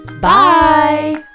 Bye